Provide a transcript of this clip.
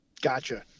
Gotcha